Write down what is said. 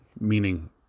meaning